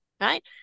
right